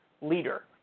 leader